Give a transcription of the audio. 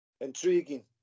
Intriguing